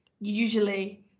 usually